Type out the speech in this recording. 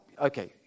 okay